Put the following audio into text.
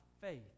faith